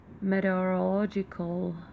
meteorological